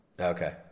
Okay